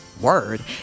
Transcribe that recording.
Word